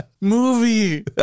Movie